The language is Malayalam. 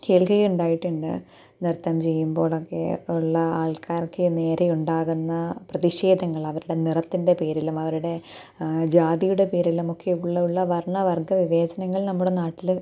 കേൾക്കുകയുണ്ടായിട്ടുണ്ട് നൃത്തം ചെയ്യുമ്പോഴൊക്കെ ഉള്ള ആൾക്കാർക്ക് നേരെ ഉണ്ടാകുന്ന പ്രതിഷേധങ്ങൾ അവരുടെ നിറത്തിന്റെ പേരിലും അവരുടെ ജാതിയുടെ പേരിലും ഒക്കെ ഉള്ള ഉള്ള വർണ വർഗ വിവേചനങ്ങൾ നമ്മുടെ നാട്ടിൽ